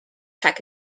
check